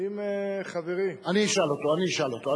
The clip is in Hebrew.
האם חברי, אני אשאל אותו, אני אשאל אותו.